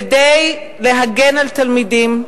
כדי להגן על תלמידים,